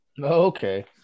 okay